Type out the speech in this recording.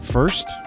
First